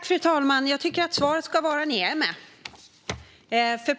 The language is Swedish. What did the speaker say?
Fru talman! Jag tycker att svaret ska vara: Ni är med.